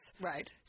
Right